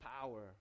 power